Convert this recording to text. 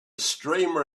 streamer